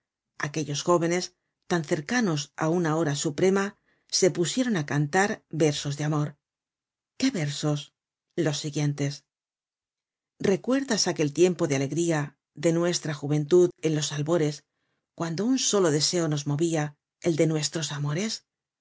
aquellos jóvenes tan cercanos á una hora suprema se pusieron á cantar versos de amor qué versos los siguientes recuerdas aquel tiempo de alegría de nuestra juventud en los albores cuando un solo deseo nos movía el de nuestros amores